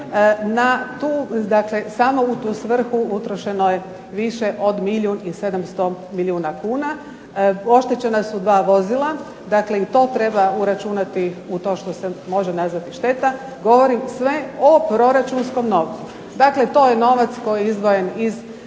danonoćno, samo u tu svrhu utrošeno je više od milijun i 700 milijuna kuna. Oštećena su dva vozila, dakle i to treba uračunati u to što se može nazvati šteta. Govorim sve o proračunskom novcu. Dakle, to je novac koji je izdvojen iz